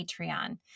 Patreon